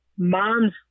mom's